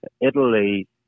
Italy